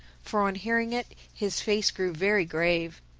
for on hearing it, his face grew very grave.